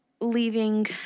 leaving